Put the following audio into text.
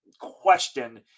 question